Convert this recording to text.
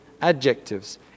adjectives